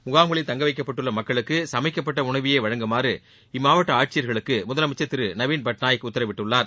முகாம்களில் தங்கவைக்கப்பட்டுள்ள மக்களுக்கு சமைக்கப்பட்ட உணவையே வழங்குமாறு இம்மாவட்ட ஆட்சியர்களுக்கு முதலமைச்சர் திரு நவீன்பட்நாயக் உத்தரவிட்டுள்ளார்